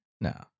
No